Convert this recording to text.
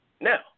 Now